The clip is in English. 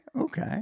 okay